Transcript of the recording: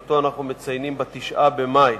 שאותו אנחנו מציינים ב-9 במאי.